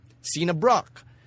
Cena-Brock